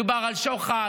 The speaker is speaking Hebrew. מדובר על שוחד,